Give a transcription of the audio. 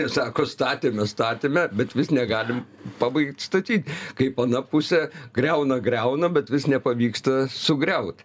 ir sako statėme statėme bet vis negalim pabaigt statyt kaip ana pusė griauna griauna bet vis nepavyksta sugriaut